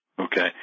Okay